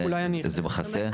זה מכסה?